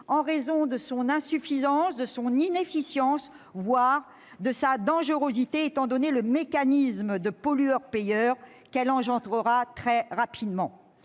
en raison de son insuffisance, de son inefficience, voire de sa « dangerosité » étant donné le mécanisme pollueur-payeur qu'elle entraînera très rapidement.